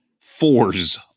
Fours